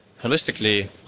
holistically